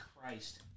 Christ